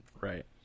Right